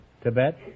Tibet